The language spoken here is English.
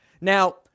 Now